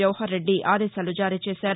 జవహర్ రెడ్డి ఆదేశాలు జారీ చేశారు